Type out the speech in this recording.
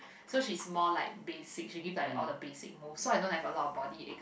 so she's more like basic she gives like all the basic move so I don't have a lot of body acts